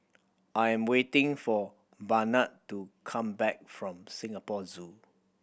I am waiting for Barnard to come back from Singapore Zoo